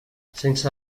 sense